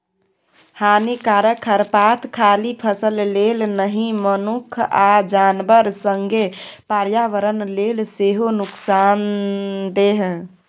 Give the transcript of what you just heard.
हानिकारक खरपात खाली फसल लेल नहि मनुख आ जानबर संगे पर्यावरण लेल सेहो नुकसानदेह